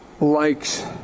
likes